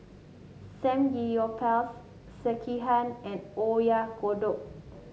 Samgeyopsal Sekihan and Oyakodon